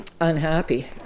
unhappy